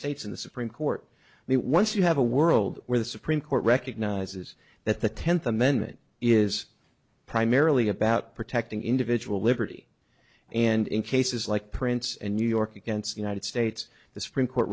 states in the supreme court the once you have a world where the supreme court recognizes that the tenth amendment is primarily about protecting individual liberty and in cases like prince and new york against united states the supreme court